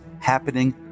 happening